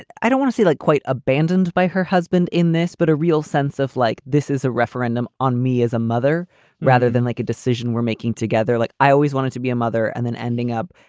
and i don't want to see like quite abandoned by her husband in this, but a real sense of like this is a referendum on me as a mother rather than like a decision we're making together. like i always wanted to be a mother and then ending up.